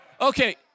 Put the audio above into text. Okay